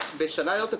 אנחנו בשנה ללא תקציב.